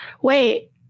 Wait